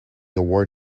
award